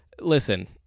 Listen